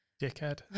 Dickhead